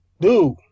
Dude